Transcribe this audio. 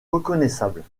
reconnaissables